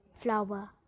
flower